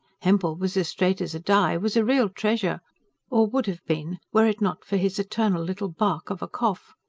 hempel was as straight as a die was a real treasure or would have been, were it not for his eternal little bark of a cough.